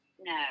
No